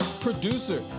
producer